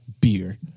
beer